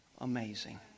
Amazing